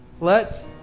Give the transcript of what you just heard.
let